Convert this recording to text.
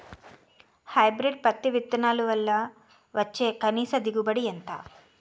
Hybrid పత్తి విత్తనాలు వల్ల వచ్చే కనీస దిగుబడి ఎంత?